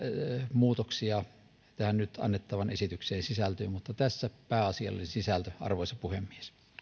muutoksia tähän nyt annettavaan esitykseen sisältyy mutta tässä pääasiallisin sisältö arvoisa puhemies